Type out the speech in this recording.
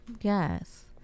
yes